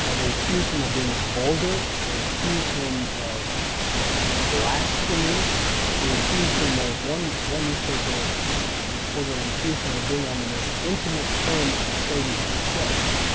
ah they accuse him of being vulgar, they accuse him of blasphemy they accuse him of one, one newspaper reporter accused him of being on the most intimate terms with satan himself.